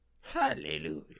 Hallelujah